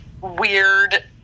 weird